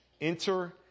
Enter